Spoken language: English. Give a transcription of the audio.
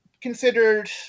considered